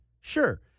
sure